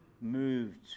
moved